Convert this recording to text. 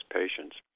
patients